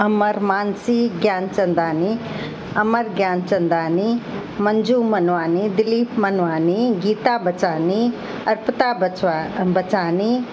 अमर मानसी ज्ञानचंदानी अमर ज्ञानचंदानी मंजू मनवानी दिलीप मनवानी गीता बचानी अर्पिता बच बचानी